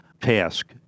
task